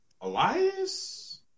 Elias